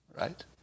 right